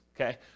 Okay